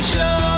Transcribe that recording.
Show